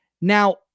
Now